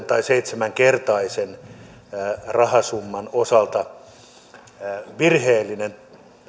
tai seitsemän kertaisen rahasumman osalta virheellinen